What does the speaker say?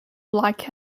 like